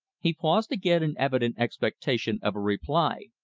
he paused again in evident expectation of a reply.